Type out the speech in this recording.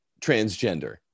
transgender